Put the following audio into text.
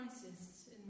crisis